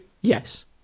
Yes